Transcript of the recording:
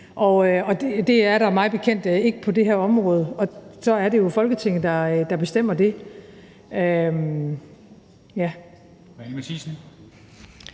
det er der mig bekendt ikke på det her område. Så er det jo Folketinget, der bestemmer det.